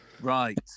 right